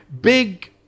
big